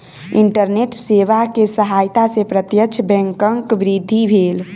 internet सेवा के सहायता से प्रत्यक्ष बैंकक वृद्धि भेल